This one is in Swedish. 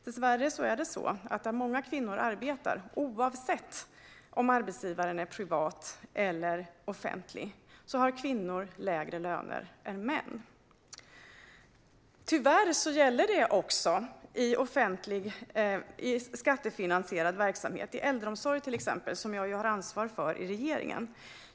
Dessvärre är det så att där många kvinnor arbetar, oavsett om arbetsgivaren är privat eller offentlig, har kvinnor lägre löner än män. Tyvärr gäller det också i skattefinansierad verksamhet. Jag har ansvar för äldreomsorg i regeringen.